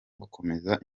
gukomeza